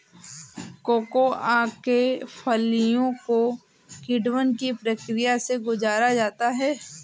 cocoa के फलियों को किण्वन की प्रक्रिया से गुजारा जाता है